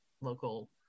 local